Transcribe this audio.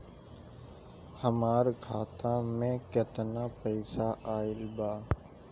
हमार खाता मे केतना पईसा आइल बा?